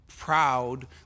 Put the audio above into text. proud